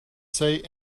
say